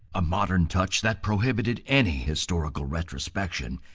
a modern touch that prohibited any historical retrospection,